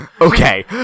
okay